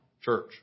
church